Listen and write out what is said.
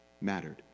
mattered